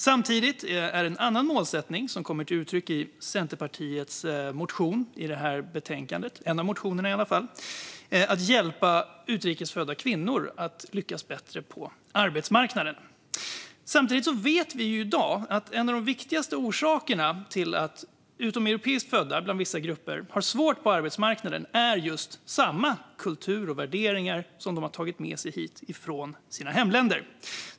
Samtidigt är en annan målsättning, som kommer till uttryck i en av Centerpartiets motioner som behandlas i detta betänkande, att hjälpa utrikes födda kvinnor att lyckas bättre på arbetsmarknaden. I dag vet vi att en av de viktigaste orsakerna till att utomeuropeiskt födda bland vissa grupper har svårt på arbetsmarknaden är just samma kultur och värderingar som de har tagit med sig hit från sina hemländer.